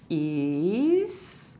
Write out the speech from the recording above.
is